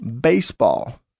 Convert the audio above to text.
baseball